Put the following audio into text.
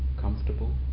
comfortable